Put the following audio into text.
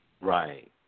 Right